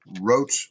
wrote